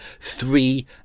three